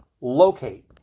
locate